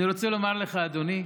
אני רוצה לומר לך, אדוני,